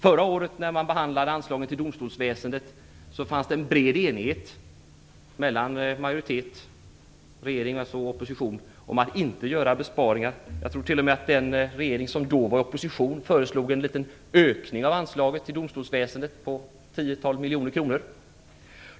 Förra året när man behandlade anslagen till domstolsväsendet fanns en bred enighet mellan regering och opposition om att inte göra besparingar. Jag tror t.o.m. att det nuvarande regeringsparti som då var i opposition föreslog en liten ökning av anslaget till domstolsväsendet på något tiotal miljoner kronor.